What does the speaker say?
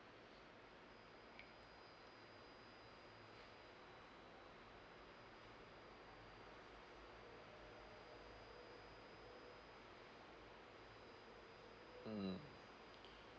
mm